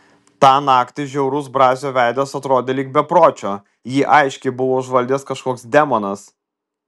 tą naktį žiaurus brazio veidas atrodė lyg bepročio jį aiškiai buvo užvaldęs kažkoks demonas